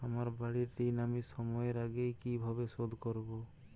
আমার বাড়ীর ঋণ আমি সময়ের আগেই কিভাবে শোধ করবো?